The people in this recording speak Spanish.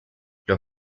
los